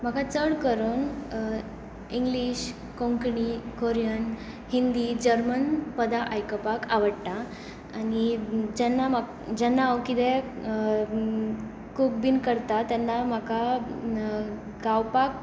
म्हाका चड करून English Konkani Korean Hindi German पदां आयकपाक आवडटा आनी जेन्ना म्हाका जेन्ना हांव कितें कूक बी करता तेन्ना म्हाका गावपाक